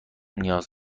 نیاز